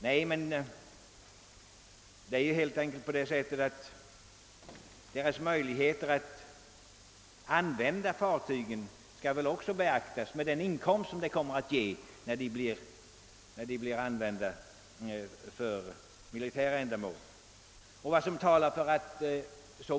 Nej, det är helt enkelt på det sättet att deras möjligheter att få en inkomst då fartygen används för militära ändamål också bör beaktas.